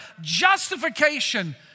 justification